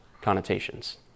connotations